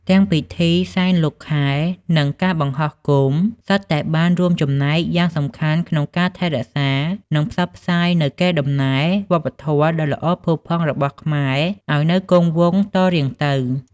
ទាំងពិធីសែនលោកខែ និងការបង្ហោះគោម សុទ្ធតែបានចូលរួមចំណែកយ៉ាងសំខាន់ក្នុងការថែរក្សា និងផ្សព្វផ្សាយនូវកេរ្តិ៍ដំណែលវប្បធម៌ដ៏ល្អផូរផង់របស់ខ្មែរឲ្យនៅគង់វង្សតរៀងទៅ។